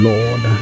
Lord